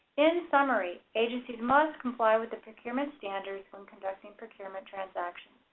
in summary, agencies must comply with the procurement standards when conducting procurement transactions.